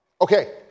Okay